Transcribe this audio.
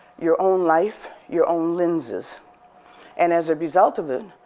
your own life, your own lenses and as a result of that,